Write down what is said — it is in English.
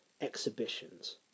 exhibitions